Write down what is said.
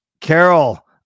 Carol